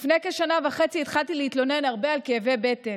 לפני כשנה וחצי התחלתי להתלונן הרבה על כאבי בטן.